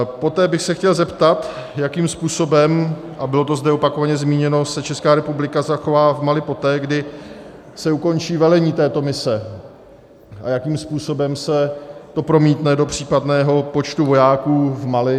Poté bych se chtěl zeptat, jakým způsobem a bylo to zde opakovaně zmíněno se Česká republika zachová v Mali poté, kdy se ukončí velení této mise, a jakým způsobem se to promítne do případného počtu vojáků v Mali.